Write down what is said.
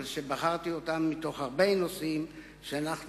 אבל בחרתי אותם מתוך הרבה נושאים שאנחנו,